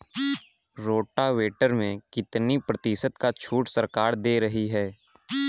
Rotavator में कितनी प्रतिशत का छूट सरकार दे रही है?